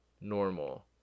normal